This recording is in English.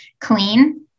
clean